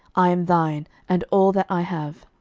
i am thine, and all that i have.